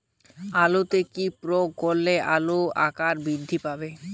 আলুতে কি প্রয়োগ করলে আলুর আকার বৃদ্ধি পাবে?